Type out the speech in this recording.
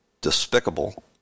despicable